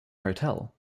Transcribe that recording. hotel